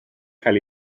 cael